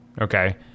okay